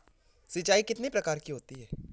सिंचाई कितनी प्रकार की होती हैं?